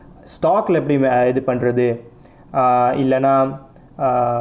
stock leh எப்படி வை இது பண்றது:eppadi vai ithu pandrathu err இல்லைனா:illainaa err